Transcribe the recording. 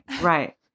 Right